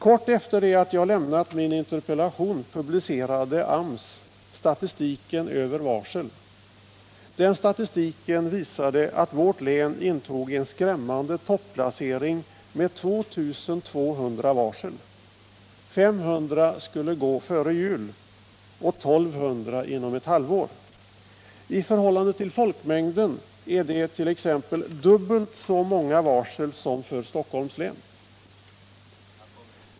Kort efter det att jag lämnat min interpellation publicerade AMS statistiken över varsel. Den visade att vårt län intog en skrämmande toppplacering med 2 200 varsel. 500 skulle gå före jul och 1200 inom ett halvår. I förhållande till folkmängden är det t.ex. dubbelt så många varsel som för Stockholms län.